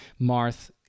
Marth